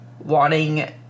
wanting